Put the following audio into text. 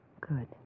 Good